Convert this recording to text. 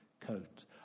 coat